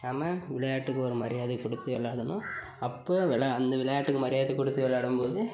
நாம விளையாட்டுக்கு ஒரு மரியாதை கொடுத்து விளாடணும் அப்போ விளா அந்த விளையாட்டுக்கு மரியாதை கொடுத்து விளாடும்போது